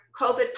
COVID